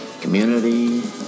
community